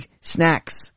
snacks